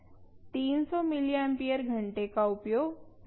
300 milliampere घंटे का उपयोग न करें